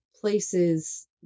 places